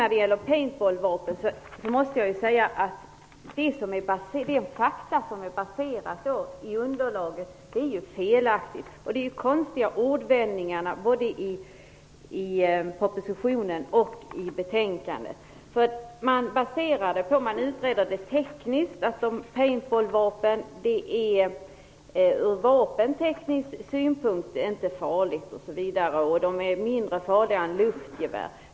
När det gäller paintball-vapen måste jag säga att de fakta som underlaget är baserat på är felaktiga. Det är konstiga ordvändningar både i propositionen och i betänkandet. Basen är en teknisk utredning. Paintballvapen är ur vapenteknisk synpunkt inte farliga osv. och de är mindre farliga än luftgevär.